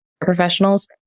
professionals